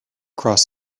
cross